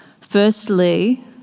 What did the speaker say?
Firstly